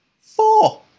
four